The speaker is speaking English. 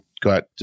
got